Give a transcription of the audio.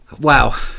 Wow